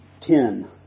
ten